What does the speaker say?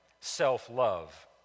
self-love